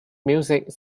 music